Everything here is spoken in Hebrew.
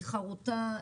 היא חרוטה,